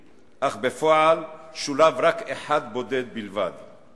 אך בפועל שולב רק אחד בודד בלבד.